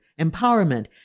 empowerment